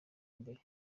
mbere